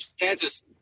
Kansas